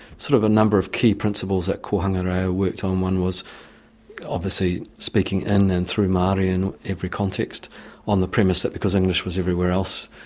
sort of a number of key principles that kohanga reo worked on, one was obviously speaking in and through maori in every context on the premise that because english was everywhere else,